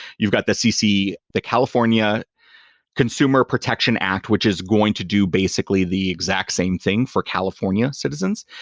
you've got the cc the california consumer protection act, which is going to do basically the exact same thing for california citizens.